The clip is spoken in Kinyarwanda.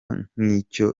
nk’icyo